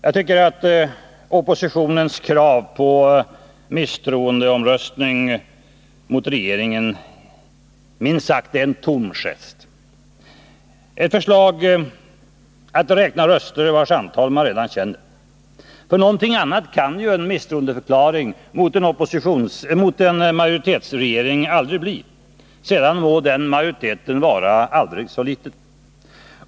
Jag tycker att oppositionens krav på misstroendeomröstning mot regeringen minst sagt är en tom gest, ett förslag att räkna röster vilkas antal man redan känner. Någonting annat kan ju en misstroendeförklaring mot en majoritetsregering aldrig bli — sedan må den majoriteten vara aldrig så liten.